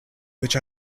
which